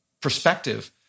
perspective